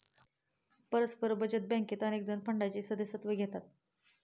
परस्पर बचत बँकेत अनेकजण फंडाचे सदस्यत्व घेतात